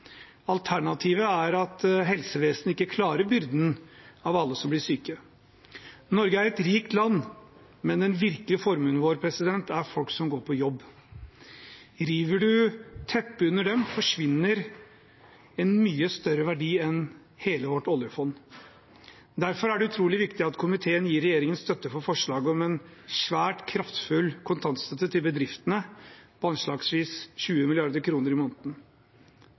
Alternativet er at helsevesenet ikke klarer byrden av alle som blir syke. Norge er et rikt land, men den virkelige formuen vår er folk som går på jobb. River man teppet under dem, forsvinner en mye større verdi enn hele vårt oljefond. Derfor er det utrolig viktig at komiteen gir regjeringen støtte til forslaget om en svært kraftfull kontantstøtte til bedriftene på anslagsvis 20 mrd. kr i måneden.